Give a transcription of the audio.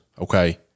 okay